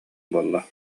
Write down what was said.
буолла